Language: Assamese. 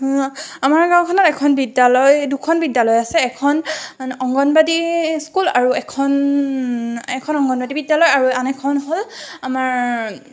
আমাৰ গাঁওখনত এখন বিদ্যালয় দুখন বিদ্যালয় আছে এখন অংগনবাডী স্কুল আৰু এখন এখন অংগনবাডী বিদ্যালয় আৰু আন এখন হ'ল আমাৰ